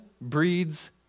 breeds